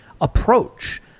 approach